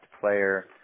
player